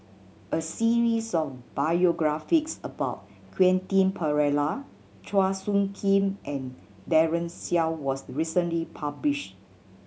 a series of biographies about Quentin Pereira Chua Soo Khim and Daren Shiau was recently published